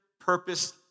purpose